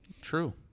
True